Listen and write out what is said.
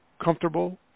comfortable